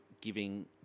giving